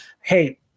hey